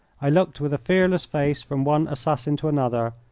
i looked with a fearless face from one assassin to another,